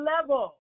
level